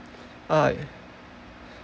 uh